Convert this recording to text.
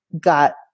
got